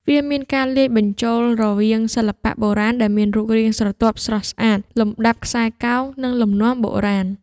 វាមានការលាយបញ្ចូលរវាងសិល្បៈបុរាណដែលមានរូបរាងស្រទាប់ស្រស់ស្អាត លំដាប់ខ្សែកោង និងលំនាំបុរាណ